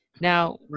Now